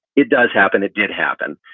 it does happen. it did happen.